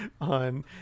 on